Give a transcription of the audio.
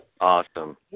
Awesome